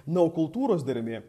na o kultūros dermė